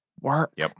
work